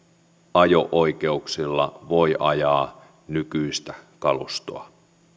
oikeuksilla voi ajaa nykyistä kalustoa